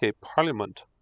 Parliament